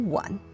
one